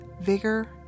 vigor